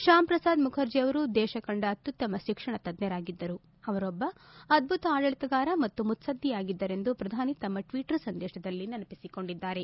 ಶ್ಯಾಮ್ಪ್ರಸಾದ್ ಮುಖರ್ಜಿ ಅವರು ದೇಶ ಕಂಡ ಅತ್ಯುತ್ತಮ ಶಿಕ್ಷಣ ತಜ್ಞರಾಗಿದ್ದರು ಅವರೊಬ್ಬ ಅದ್ಭುತ ಆಡಳತಗಾರ ಮತ್ತು ಮುತ್ತದ್ದಿಯಾಗಿದ್ದರೆಂದು ಪ್ರಧಾನಿ ತಮ್ಮ ಟ್ವಿಟರ್ ಸಂದೇಶದಲ್ಲಿ ನೆನಪಿಸಿಕೊಂಡಿದ್ದಾರೆ